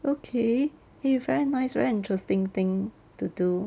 okay you very nice very interesting thing to do